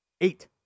Eight